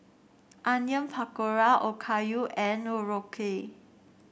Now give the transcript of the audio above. Onion Pakora Okayu and Korokke